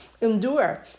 endure